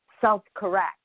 self-correct